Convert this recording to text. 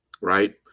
Right